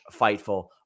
Fightful